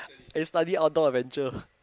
I study Outdoor Adventure